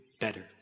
better